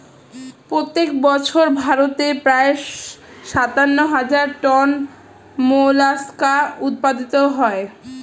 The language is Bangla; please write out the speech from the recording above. প্রত্যেক বছর ভারতে প্রায় সাতান্ন হাজার টন মোলাস্কা উৎপাদিত হয়